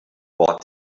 bought